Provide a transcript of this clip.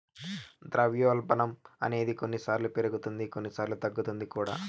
ద్రవ్యోల్బణం అనేది కొన్నిసార్లు పెరుగుతుంది కొన్నిసార్లు తగ్గుతుంది కూడా